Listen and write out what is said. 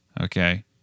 okay